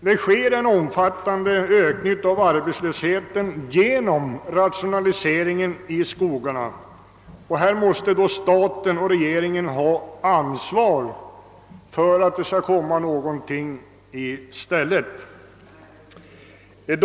Det sker en omfattande ökning av arbetslösheten genom rationaliseringen av skogsarbetet, och här måste då staten, d.v.s. regeringen, ha ansvaret för att andra sysselsättningstillfällen skapas.